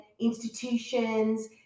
institutions